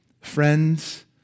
friends